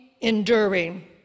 enduring